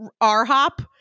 R-HOP